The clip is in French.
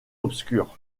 obscur